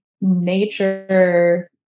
nature